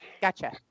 gotcha